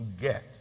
get